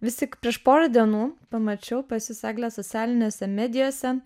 vis tik prieš porą dienų pamačiau pas jus egle socialinėse medijose